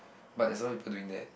but there's a lot of people doing that